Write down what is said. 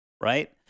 Right